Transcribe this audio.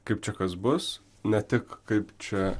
kaip čia kas bus ne tik kaip čia